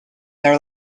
their